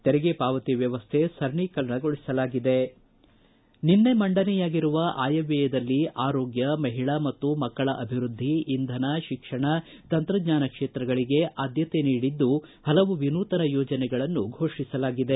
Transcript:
ತೆರಿಗೆ ಪಾವತಿ ವ್ಯವಸ್ಟೆ ಸರಳೀಕರಣಗೊಳಿಸಲಾಗಿದ್ದು ನಿನ್ನೆ ಮಂಡನೆಯಾಗಿರುವ ಆಯವ್ಯದಲ್ಲಿ ಆರೋಗ್ಯ ಮಹಿಳಾ ಮತ್ತು ಮಕ್ಕಳ ಅಭಿವೃದ್ಧಿ ಇಂಧನ ಶಿಕ್ಷಣ ತಂತ್ರಜ್ಞಾನ ಕ್ಷೇತ್ರಗಳಿಗೆ ಆದ್ಯತೆ ನೀಡಿದ್ದು ಪಲವು ವಿನೂತನ ಯೋಜನೆಗಳನ್ನು ಘೋಷಿಸಲಾಗಿದೆ